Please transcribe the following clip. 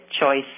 choice